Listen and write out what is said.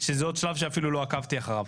שזה עוד שלב שאפילו לא עקבתי אחריו.